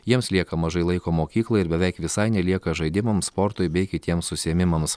jiems lieka mažai laiko mokyklai ir beveik visai nelieka žaidimams sportui bei kitiems užsiėmimams